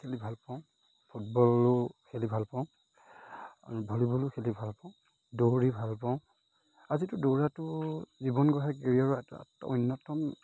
cricket খেলি ভালপাওঁ ফুটবলো খেলি ভালপাওঁ ভলীবলো খেলি ভালপাওঁ দৌৰি ভালপাওঁ আজিতো দৌৰাটো জীৱন গঢ়া কেৰিয়াৰৰ এটা অন্যতম